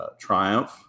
Triumph